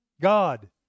God